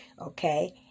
Okay